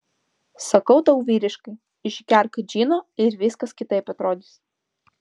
sakau tau vyriškai išgerk džino ir viskas kitaip atrodys